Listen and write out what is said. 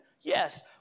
Yes